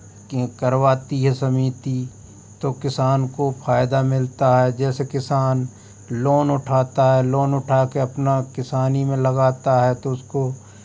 करवाती है समिति तो किसान को फायदा मिलता है जैसे किसान लोन उठाता है लोन उठा के अपना किसानी में लगाता है तो उसको